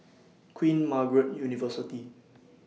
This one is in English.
Queen Margaret University